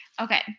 Okay